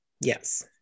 yes